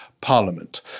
parliament